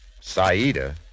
Saida